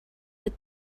but